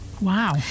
wow